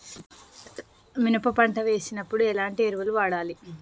మినప పంట వేసినప్పుడు ఎలాంటి ఎరువులు వాడాలి?